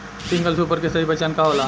Single super के सही पहचान का होला?